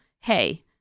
hey